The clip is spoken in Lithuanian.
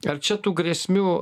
ar čia tų grėsmių